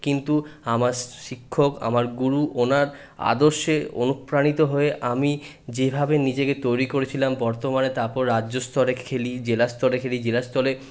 কিন্তু আমার শিক্ষক আমার গুরু ওনার আদর্শে অনুপ্রাণিত হয়ে আমি যেভাবে নিজেকে তৈরি করেছিলাম বর্তমানে তারপর রাজ্যস্তরে খেলি জেলাস্তরে খেলি জেলাস্তরে